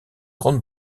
grande